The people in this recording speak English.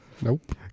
Nope